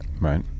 Right